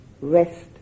rest